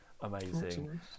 amazing